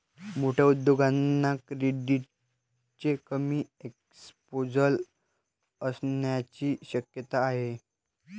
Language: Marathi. मोठ्या उद्योगांना क्रेडिटचे कमी एक्सपोजर असण्याची शक्यता आहे